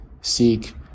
seek